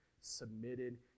submitted